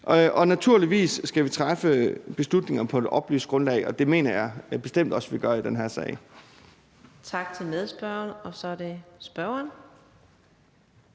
Og naturligvis skal vi træffe beslutninger på et oplyst grundlag, og det mener jeg bestemt også vi gør i den her sag. Kl. 14:22 Fjerde næstformand (Karina